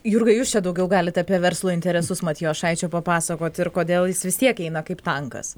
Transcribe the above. jurga jūs čia daugiau galit apie verslo interesus matjošaičio papasakot ir kodėl jis vis tiek eina kaip tankas